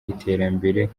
iterambere